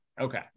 Okay